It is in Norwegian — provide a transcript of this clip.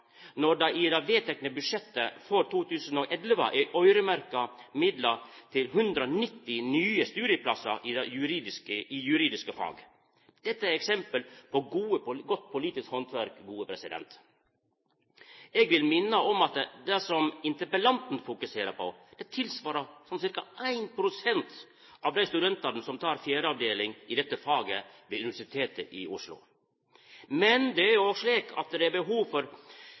når det i det vedtekne budsjettet for 2011 er øyremerkt midlar til 190 nye studieplassar i juridiske fag. Dette er eksempel på godt politisk handverk. Eg vil minna om at det som interpellanten fokuserer på, tilsvarar ca. 1 pst. av dei studentane som tek fjerde avdeling i dette faget ved Universitetet i Oslo. Det er òg slik at det er behov for